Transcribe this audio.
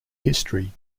history